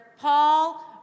Paul